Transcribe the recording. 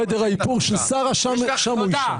חדר האיפור של שרה, שם הוא יישן, בסדר.